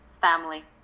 family